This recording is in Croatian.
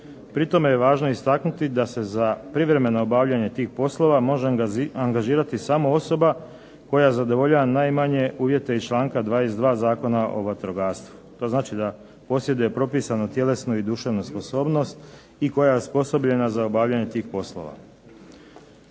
Pri tome je važno istaknuti da se za privremeno obavljanje tih poslova može angažirati samo osoba koja zadovoljava najmanje uvjete iz članka 22. Zakona o vatrogastvu. To znači da posjeduje propisanu tjelesnu i duševnu sposobnost i koja je osposobljena za obavljanje tih poslova.